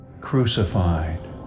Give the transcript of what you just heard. crucified